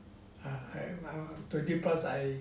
err I'm twenty plus I